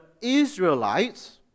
Israelites